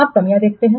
अब कमियां देखते हैं